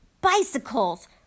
bicycles